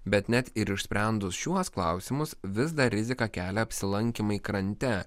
bet net ir išsprendus šiuos klausimus vis dar riziką kelia apsilankymai krante